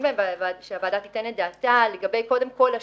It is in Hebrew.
בהן ושהוועדה תיתן את דעתה בנוגע אליהן.